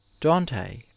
Dante